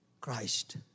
Christ